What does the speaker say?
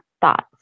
Thoughts